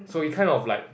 so he kind of like